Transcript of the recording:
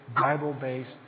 Bible-based